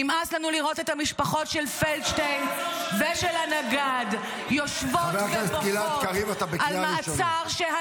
נמאס לנו לראות את המשפחות של פלדשטיין -- מה נתפסתם על המעצר של